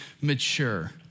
mature